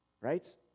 Right